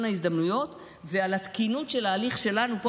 ההזדמנויות ועל התקינות של ההליך שלנו פה,